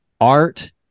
art